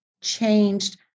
changed